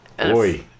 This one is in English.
Oi